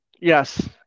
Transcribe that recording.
Yes